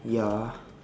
ya